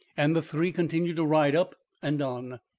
and the three continued to ride up and on.